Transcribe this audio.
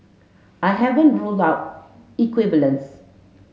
I haven't ruled out equivalence